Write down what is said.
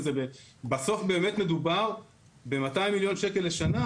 ובסוף באמת מדובר ב-200 מיליון שקלים לשנה,